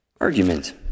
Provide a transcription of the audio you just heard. argument